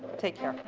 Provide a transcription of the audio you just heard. take care.